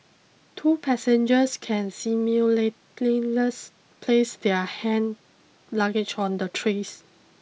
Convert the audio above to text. two passengers can place their hand luggage on the trays